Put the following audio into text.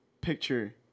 picture